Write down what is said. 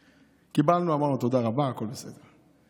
קיבלנו, אמרנו תודה רבה, הכול בסדר.